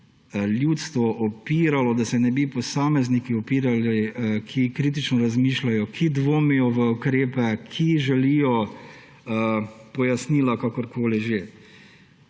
ljudstvo upiralo, da se ne bi posamezniki upirali, ki kritično razmišljajo, ki dvomijo v ukrepe, ki želijo pojasnila – kakorkoli že.